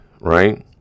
right